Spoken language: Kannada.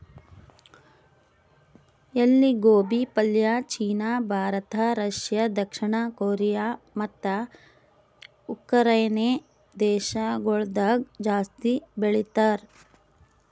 ಎಲಿ ಗೋಬಿ ಪಲ್ಯ ಚೀನಾ, ಭಾರತ, ರಷ್ಯಾ, ದಕ್ಷಿಣ ಕೊರಿಯಾ ಮತ್ತ ಉಕರೈನೆ ದೇಶಗೊಳ್ದಾಗ್ ಜಾಸ್ತಿ ಬೆಳಿತಾರ್